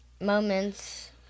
moments